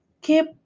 keep